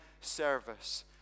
service